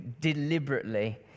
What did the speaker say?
deliberately